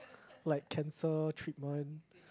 like cancer treatment